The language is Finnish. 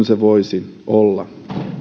se voisi olla